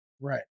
right